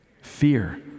Fear